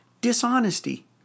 dishonesty